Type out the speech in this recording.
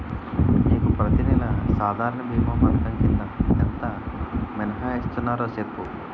నీకు ప్రతి నెల సాధారణ భీమా పధకం కింద ఎంత మినహాయిస్తన్నారో సెప్పు